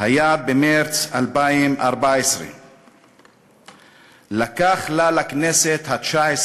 היו במרס 2014. לקח לה, לכנסת התשע-עשרה,